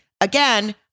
again